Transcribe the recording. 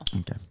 Okay